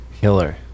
Killer